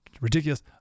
ridiculous